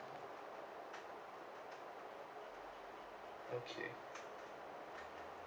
okay